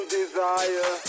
desire